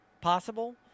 possible